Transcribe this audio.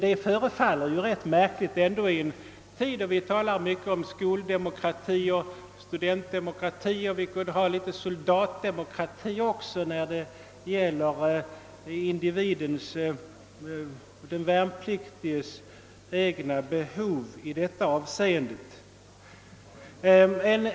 Det förefaller ganska märkligt om vi i en tid, när det talas så mycket om skoldemokrati och studentdemokrati, inte också kunde få litet av soldatdemokrati när det gäller de värnpliktigas egna behov i detta avseende.